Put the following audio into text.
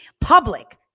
public